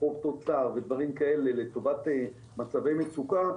חוב-תוצר ודברים כאלה לטובת מצבי מצוקה,